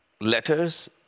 letters